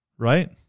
Right